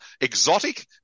exotic